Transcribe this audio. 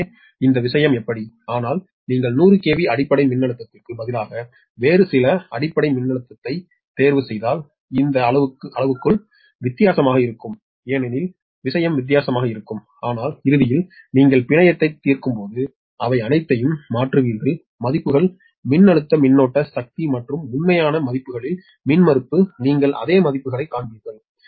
எனவே இந்த விஷயம் எப்படி ஆனால் நீங்கள் 100 KV அடிப்படை மின்னழுத்தத்திற்கு பதிலாக வேறு சில அடிப்படை மின்னழுத்தத்தைத் தேர்வுசெய்தால் இந்த அளவுருக்கள் வித்தியாசமாக இருக்கும் ஏனெனில் விஷயம் வித்தியாசமாக இருக்கும் ஆனால் இறுதியில் நீங்கள் பிணையத்தை தீர்க்கும்போது அவை அனைத்தையும் மாற்றுவீர்கள் மதிப்புகள் மின்னழுத்த மின்னோட்ட சக்தி மற்றும் உண்மையான மதிப்புகளில் மின்மறுப்பு நீங்கள் அதே மதிப்புகளைக் காண்பீர்கள்